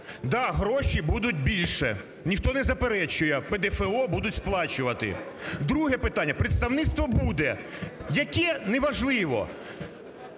Да, гроші будуть більше, ніхто не заперечує, ПДФО будуть сплачувати. Друге питання: представництво буде. Яке – не важливо.